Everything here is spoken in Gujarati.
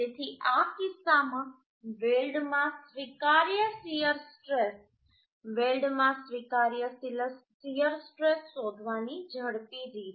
તેથી આ કિસ્સામાં વેલ્ડમાં સ્વીકાર્ય શીયર સ્ટ્રેસ વેલ્ડમાં સ્વીકાર્ય શીયર સ્ટ્રેસ શોધવાની ઝડપી રીત